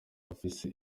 bafise